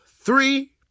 Three